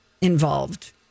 involved